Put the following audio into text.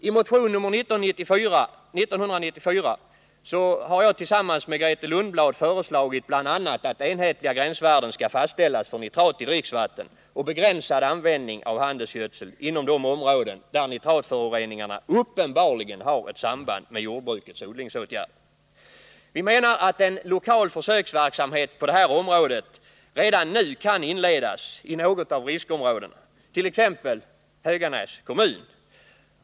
I motion nr 1994 har jag tillsammans med Grethe Lundblad föreslagit bl.a. att enhetliga gränsvärden skall fastställas för nitrat i dricksvatten och begränsad användning av handelsgödsel inom de områden där nitratföroreningarna uppenbarligen har ett samband med jordbrukets odlingsåtgärder. Vi menar att en lokal försöksverksamhet på det här området redan nu kan inledas i något av riskområdena, t.ex. i Höganäs kommun.